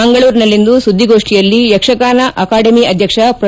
ಮಂಗಳೂರಿನಲ್ಲಿಂದು ಸುದ್ದಿಗೋಷ್ಠಿಯಲ್ಲಿ ಯಕ್ಷಗಾನ ಅಕಾಡೆಮಿ ಅಧ್ಯಕ್ಷ ಪ್ರೊ